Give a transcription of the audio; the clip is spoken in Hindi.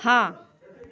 हाँ